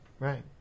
Right